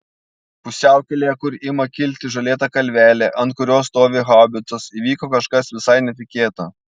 pusiaukelėje kur ima kilti žolėta kalvelė ant kurios stovi haubicos įvyko kažkas visai netikėta